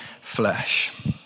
flesh